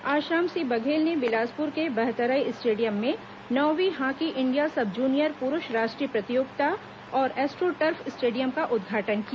आज शाम श्री बघेल ने बिलासपुर के बहतराई स्टेडियम में नौवीं हॉकी इंडिया सब जूनियर पुरूष राष्ट्रीय प्रतियोगिता और एस्ट्रोटर्फ स्टेडियम का उद्घाटन किया